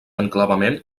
enclavament